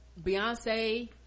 beyonce